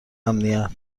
امنیت